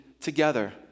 together